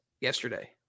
yesterday